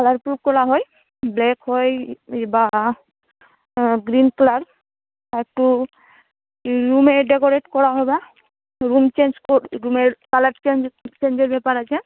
colour প্রুপ করা হয় হয় বা গ্রিন কালার একটু রুমে ডেকোরেট করা হবে রুম চেঞ্জ কোর রুমের কালার চেঞ্জ চেঞ্জের ব্যাপার আছে